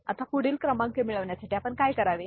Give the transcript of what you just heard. आता पुढील क्रमांक मिळवण्यासाठी आपण काय करावे